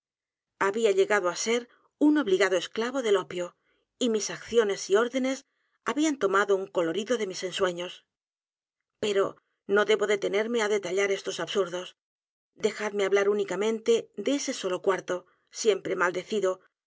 había llegado á ser un obligado esclavo del opio y mis acciones y órdenes habían tomado un colorido de mis ensueños pero no debo detenerme á detallar estos absurdos dejadme hablar únicamente de ese solo cuarto siempre maldecido